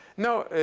now,